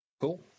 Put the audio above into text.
Cool